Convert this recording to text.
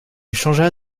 changera